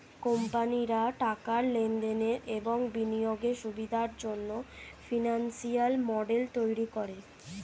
কোম্পানিরা টাকার লেনদেনের এবং বিনিয়োগের সুবিধার জন্যে ফিনান্সিয়াল মডেল তৈরী করে